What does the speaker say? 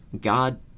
God